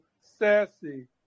Sassy